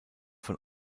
von